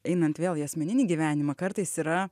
einant vėl į asmeninį gyvenimą kartais yra